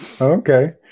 okay